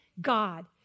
God